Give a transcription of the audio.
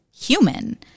human